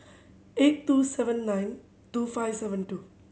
eight two seven nine two five seven two